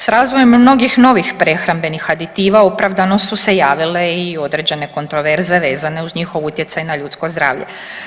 S razvojem mnogih novih prehrambenih aditiva opravdano su se javile i određene kontroverze vezane uz njihov utjecaj na ljudsko zdravlje.